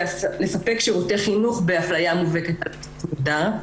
לספק שירותי חינוך באפליה מובהקת על בסיס מגדר.